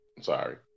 sorry